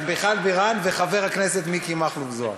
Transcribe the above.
אז מיכל בירן וחבר הכנסת מיקי מכלוף זוהר.